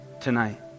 tonight